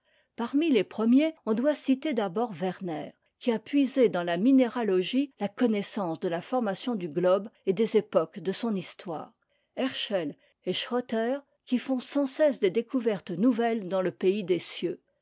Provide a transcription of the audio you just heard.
parmi les premiers on doit citer d'abord werner qui a puisé dans la minéralogie la connaissance de la formation du globe et des époques de son histoire herschei et schroeter qui font sans cesse des découvertes nouvelles dans le pays des cieux